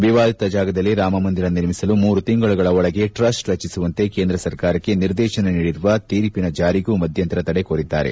ವಿವಾದಿತ ಜಾಗದಲ್ಲಿ ರಾಮ ಮಂದಿರ ನಿರ್ಮಿಸಲು ಮೂರು ತಿಂಗಳುಗಳ ಒಳಗೆ ಟ್ರಸ್ಟ್ ರಚಿಸುವಂತೆ ಕೇಂದ್ರ ಸರ್ಕಾರಕ್ಕೆ ನಿರ್ದೇಶನ ನೀಡಿರುವ ಶೀರ್ಷಿನ ಜಾರಿಗೂ ಮಧ್ಯಂತರ ತಡೆ ಕೋರಿದ್ದಾರೆ